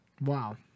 Wow